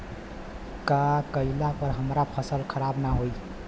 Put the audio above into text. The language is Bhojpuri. का कइला पर हमार फसल खराब ना होयी?